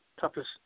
toughest